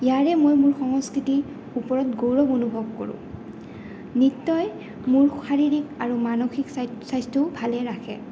ইয়াৰে মই মোৰ সংস্কৃতিৰ ওপৰত গৌৰৱ অনুভৱ কৰোঁ নৃত্যই মোৰ শাৰীৰিক আৰু মানসিক স্বাস্থ্যও ভালে ৰাখে